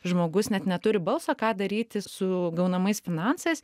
žmogus net neturi balso ką daryti su gaunamais finansais